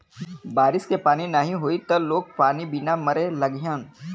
बारिश के पानी नाही होई त लोग पानी बिना मरे लगिहन